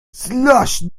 slash